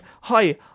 hi